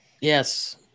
Yes